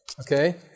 Okay